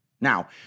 Now